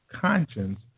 conscience